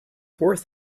worth